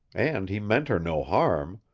and he meant her no harm.